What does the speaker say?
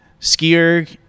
Skier